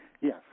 Yes